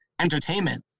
entertainment